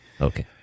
Okay